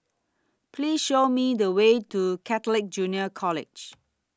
Please Show Me The Way to Catholic Junior College